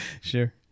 Sure